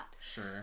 Sure